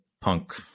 punk